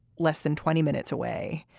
less than twenty minutes away.